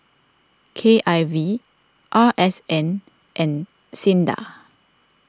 K I V R S N and Sinda